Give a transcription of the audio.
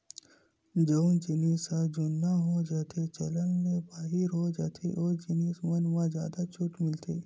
जउन जिनिस ह जुनहा हो जाथेए चलन ले बाहिर हो जाथे ओ जिनिस मन म जादा छूट मिलथे